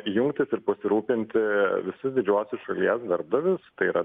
jungtis ir pasirūpinti visus didžiuosius šalies darbdavius tai yra